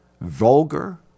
Vulgar